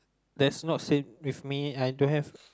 that's not same with me I don't have